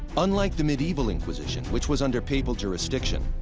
unlike the medieval inquisition, which was under papal jurisdiction,